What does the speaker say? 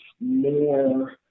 more